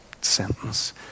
sentence